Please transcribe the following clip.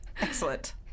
Excellent